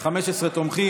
15 בעד.